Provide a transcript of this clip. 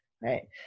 right